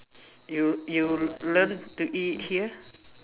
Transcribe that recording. you you learn to eat here